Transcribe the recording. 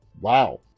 Wow